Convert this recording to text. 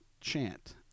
chant